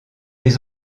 les